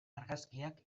argazkiak